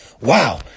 wow